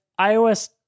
iOS